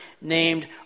named